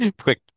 quick